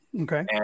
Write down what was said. Okay